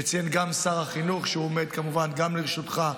ולכן ציין גם שר החינוך שהוא עומד כמובן גם לרשותך,